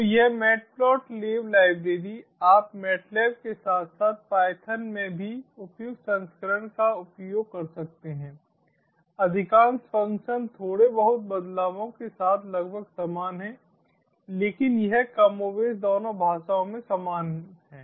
तो यह matplotlib library आप मैटलैब के साथ साथ python में भी उपयुक्त संस्करण का उपयोग कर सकते हैंअधिकांश फंक्शन थोड़े बहुत बदलावों के साथ लगभग समान हैं लेकिन यह कमोबेश दोनों भाषाओं में समान है